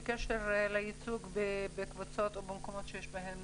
בקשר לייצוג בקבוצות ובמקומות שיש בהם